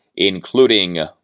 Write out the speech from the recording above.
including